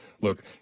Look